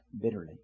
bitterly